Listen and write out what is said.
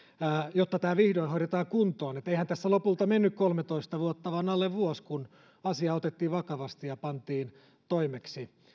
jotta tämä vihdoin hoidetaan kuntoon eihän tässä lopulta mennyt kolmetoista vuotta vaan alle vuosi kun asia otettiin vakavasti ja pantiin toimeksi